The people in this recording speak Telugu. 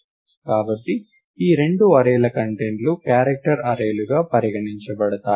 కాబట్టి ఈ రెండు అర్రేల కంటెంట్లు క్యారెక్టర్ అర్రేలుగా పరిగణించబడతాయి